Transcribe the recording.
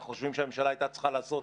אנחנו חושבים שהממשלה הייתה צריכה לעשות